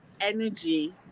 energy